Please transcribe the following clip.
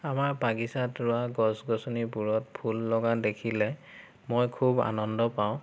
আমাৰ বাগিছাত ৰোৱা গছ গছনিবোৰত ফুল লগা দেখিলে মই খুব আনন্দ পাওঁ